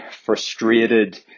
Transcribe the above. frustrated